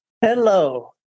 Hello